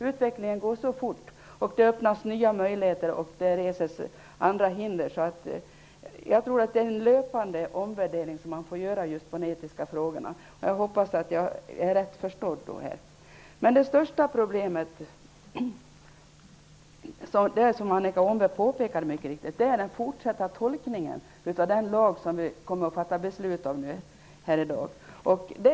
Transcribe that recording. Utvecklingen går så fort, det öppnas nya möjligheter och det reses andra hinder. Det måste göras en löpande omvärdering av de etiska frågorna. Jag hoppas att jag nu är rätt förstådd. Det största problemet är, som Annika Åhnberg mycket riktigt påpekade, den fortsatta tolkningen av den lag som vi nu här i dag kommer att fatta beslut om.